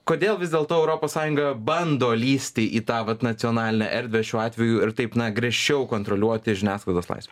kodėl vis dėlto europos sąjunga bando lįsti į tą vat nacionalinę erdvę šiuo atveju ir taip na griežčiau kontroliuoti žiniasklaidos laisvę